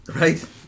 Right